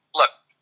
look